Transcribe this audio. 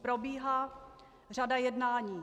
Probíhá řada jednání.